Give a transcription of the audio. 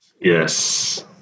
Yes